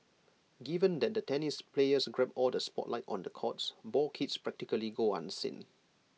given that the tennis players grab all the spotlight on the courts ball kids practically go unseen